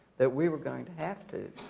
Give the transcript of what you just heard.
that we were going to have to.